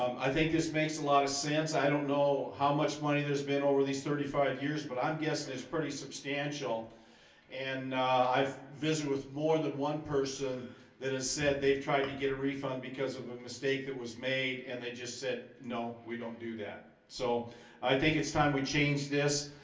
um i think this makes a lot of sense. i don't know how much money there's been over these thirty five years, but i'm guessing it's pretty substantial and i've visited with more than one person that has said they've tried to get a refund because of a mistake that was made and they just said no we don't do that so i think it's time we change this.